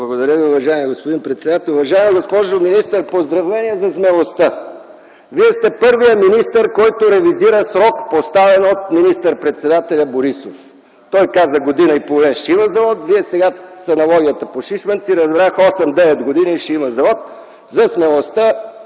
Благодаря Ви, уважаеми господин председател. Уважаема госпожо министър, поздравление за смелостта. Вие сте първият министър, който ревизира срок, поставен от министър-председателя Борисов. Той каза: „След година и половина ще има завод.” От Вас сега, с аналогията по Шишманци, разбрах: след осем-девет години ще има завод. За смелостта